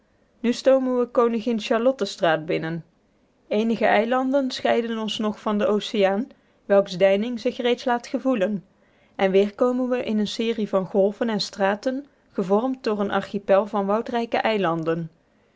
nu stoomen we koningin charlotte straat binnen eenige eilanden scheiden ons nog van den oceaan welks deining zich reeds laat gevoelen en weer komen we in een serie van golven en straten gevormd door eenen archipel van woudrijke eilanden